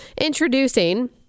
introducing